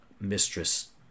mistress